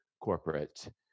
corporate